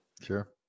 Sure